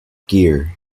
gear